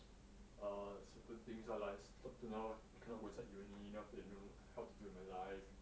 err certain things lah like up to now I cannot go inside uni then after that you know help in my life